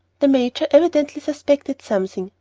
the major evidently suspected something,